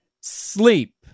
sleep